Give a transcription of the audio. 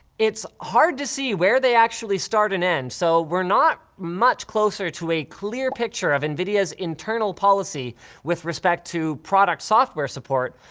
it's hard to see where they actually start and end so, we're not much closer to a clear picture of nvidia's internal policy with respect to product software support,